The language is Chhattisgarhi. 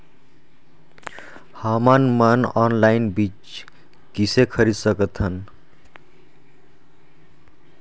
हमन मन ऑनलाइन बीज किसे खरीद सकथन?